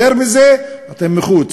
יותר מזה, אתם מחוץ.